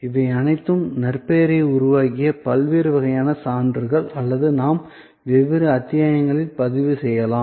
இவை அனைத்தும் நற்பெயரை உருவாக்கிய பல்வேறு வகையான சான்றுகள் அல்லது நாம் வெவ்வேறு அத்தியாயங்களை பதிவு செய்யலாம்